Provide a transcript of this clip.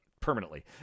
permanently